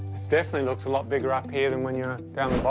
this definitely looks a lot bigger up here than when you're down